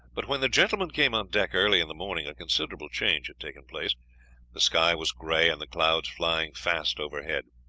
but when the gentlemen came on deck early in the morning a considerable change had taken place the sky was gray and the clouds flying fast overhead.